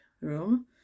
room